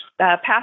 passed